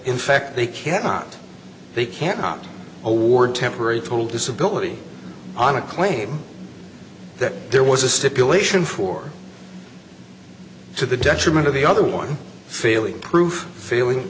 in fact they cannot they cannot award temporary full disability on a claim that there was a stipulation for to the detriment of the other one failing proof failing